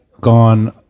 gone